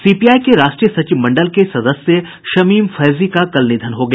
CPI के राष्ट्रीय सचिवमंडल के सदस्य शमीम फैजी का कल निधन हो गया